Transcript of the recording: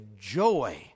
joy